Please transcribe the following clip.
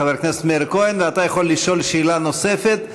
חבר הכנסת מאיר כהן, אתה יכול לשאול שאלה נוספת.